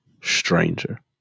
stranger